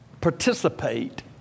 participate